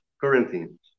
Corinthians